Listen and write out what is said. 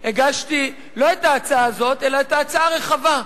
הגשתי לא את ההצעה הזאת, אלא את ההצעה הרחבה,